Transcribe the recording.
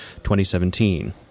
2017